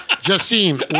Justine